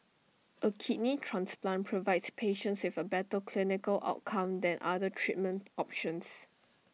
A kidney transplant provides patients with A better clinical outcome than other treatment options